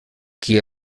qui